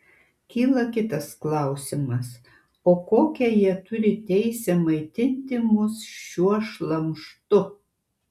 kyla kitas klausimas o kokią jie turi teisę maitinti mus šiuo šlamštu